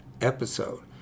episode